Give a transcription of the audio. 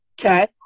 Okay